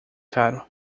caro